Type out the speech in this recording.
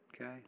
okay